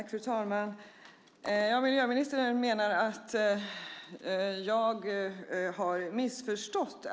Fru talman! Miljöministern menar att jag har missförstått.